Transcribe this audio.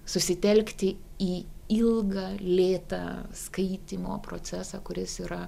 susitelkti į ilgą lėtą skaitymo procesą kuris yra